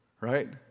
Right